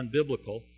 unbiblical